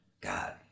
god